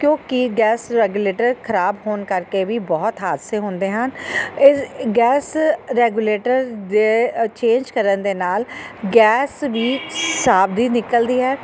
ਕਿਉਂਕਿ gas regulator ਖ਼ਰਾਬ ਹੋਣ ਕਰਕੇ ਵੀ ਬਹੁਤ ਹਾਦਸੇ ਹੁੰਦੇ ਹਨ ਇਸ ਗੈਸ ਰੈਗੂਲੇਟਰ ਦੇ ਚੇਂਜ ਕਰਨ ਦੇ ਨਾਲ ਗੈਸ ਵੀ ਹਿਸਾਬ ਦੀ ਨਿਕਲਦੀ ਹੈ